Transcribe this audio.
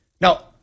Now